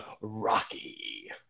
Rocky